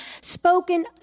spoken